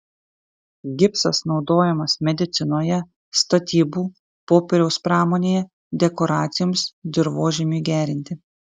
gipsas naudojamas medicinoje statybų popieriaus pramonėje dekoracijoms dirvožemiui gerinti